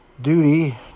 duty